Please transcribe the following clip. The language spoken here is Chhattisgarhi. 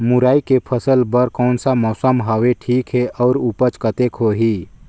मुरई के फसल बर कोन सा मौसम हवे ठीक हे अउर ऊपज कतेक होही?